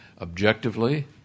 objectively